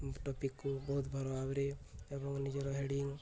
ଟପିକ୍କୁ ବହୁତ ଭଲ ଭାବରେ ଏବଂ ନିଜର ହେଡ଼ିଙ୍ଗ